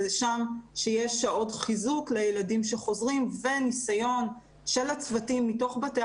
שם יש שעות חיזוק לילדים שחוזרים וניסיון של הצוותים מתוך בתי